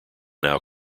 now